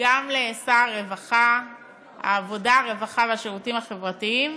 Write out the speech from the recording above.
גם לשר העבודה, הרווחה והשירותים החברתיים